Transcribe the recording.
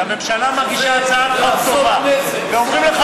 כאשר הממשלה מגישה הצעת חוק טובה ואומרים לך,